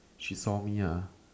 she saw me ah